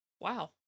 Wow